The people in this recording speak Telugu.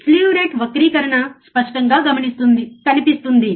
స్లీవ్ రేటు వక్రీకరణ స్పష్టంగా కనిపిస్తుంది